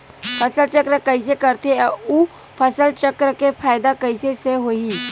फसल चक्र कइसे करथे उ फसल चक्र के फ़ायदा कइसे से होही?